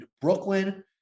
brooklyn